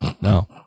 No